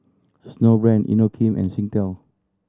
Snowbrand Inokim and Singtel